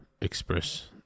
express